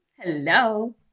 Hello